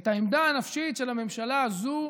את העמדה הנפשית של הממשלה הזו